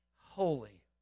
holy